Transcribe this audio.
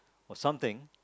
or something